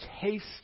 taste